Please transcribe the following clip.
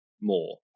more